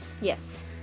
Yes